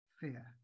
fear